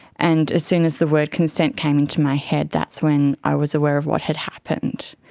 and as soon as the word consent came into my head, that's when i was aware of what had happened.